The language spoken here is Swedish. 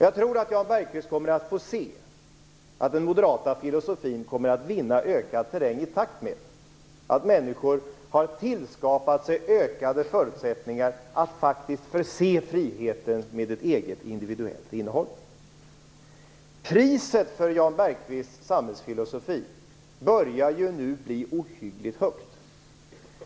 Jag tror att Jan Bergqvist kommer att få se att den moderata filosofin kommer att vinna ökad terräng i takt med att människor har tillskapat sig ökade förutsättningar att faktiskt förse friheten med ett eget individuellt innehåll. Priset för Jan Bergqvists samhällsfilosofi börjar nu bli ohyggligt högt.